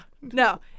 no